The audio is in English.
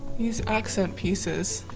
these accent pieces.